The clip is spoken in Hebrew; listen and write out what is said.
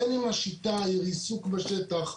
בין אם השיטה היא ריסוק בשטח,